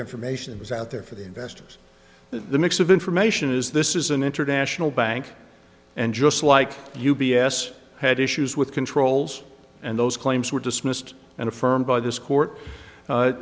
information was out there for the investors that the mix of information is this is an international bank and just like u b s had issues with controls and those claims were dismissed and affirmed by this court